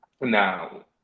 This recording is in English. now